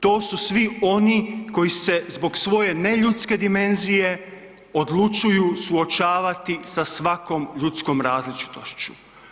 To su svi oni koji se zbog svoje neljudske dimenzije odlučuju suočavati sa svakom ljudskom različitošću.